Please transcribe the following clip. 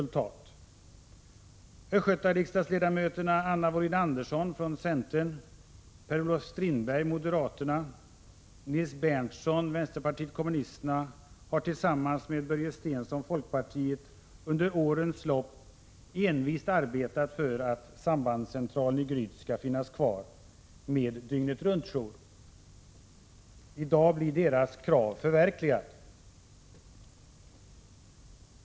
Riksdagsledamöterna från Östergötland Anna Wohlin-Andersson från centern, Per-Olof Strindberg från moderaterna och Nils Berndtson från vpk har tillsammans med Börje Stensson från folkpartiet under årens lopp envist arbetat för att sambandscentralen i Gryt skall finnas kvar med dygnet-runt-jour. I dag blir deras krav förverkligade.